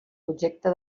objecte